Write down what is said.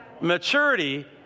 Maturity